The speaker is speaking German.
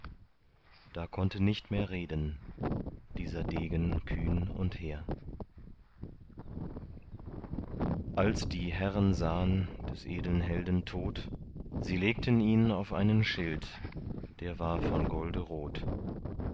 da konnte nicht mehr reden dieser degen kühn und hehr als die herren sahen den edeln helden tot sie legten ihn auf einen schild der war von golde rot